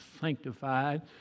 sanctified